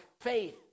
faith